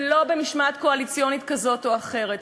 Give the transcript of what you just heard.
ולא במשמעת קואליציונית כזאת או אחרת.